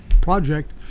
project